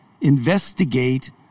investigate